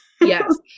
yes